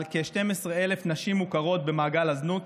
אנחנו מדברים על כ-12,000 נשים המוכרות במעגל הזנות,